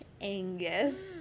angus